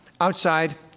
outside